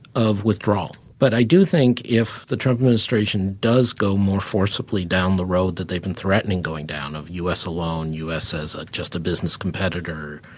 of withdrawal. but i do think, if the trump administration does go more forcibly down the road that they've been threatening going down, of the u s. alone, u s. as ah just a business competitor,